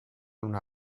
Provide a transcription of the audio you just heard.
una